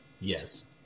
Yes